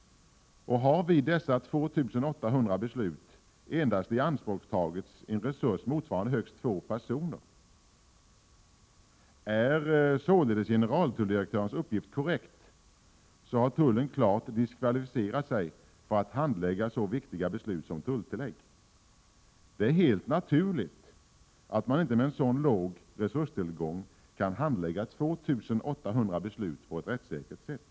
Har vid dessa 2 800 beslut endast ianspråktagits en resurs motsvarande högst två personer? Är således generaltulldirektörens uppgift korrekt, har tullen klart diskvalificerat sig för att handlägga så viktiga beslut som tulltillägg. Det är helt naturligt att man inte med en sådan låg resurstillgång kan handlägga 2 800 beslut på ett rättssäkert sätt.